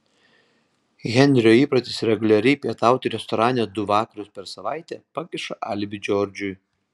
henrio įprotis reguliariai pietauti restorane du vakarus per savaitę pakiša alibi džordžui